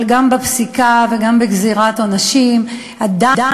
אבל גם בפסיקה וגם בגזירת עונשים עדיין,